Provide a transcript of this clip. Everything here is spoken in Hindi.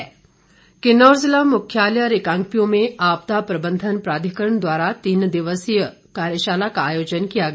कार्यशाला किन्नौर जिला मुख्यालय रिकांगपिओ में आपदा प्रबंधन प्राधिकरण द्वारा तीन दिवसीय कार्यशाला का आयोजन किया गया